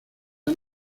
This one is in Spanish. han